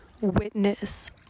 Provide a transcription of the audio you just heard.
witness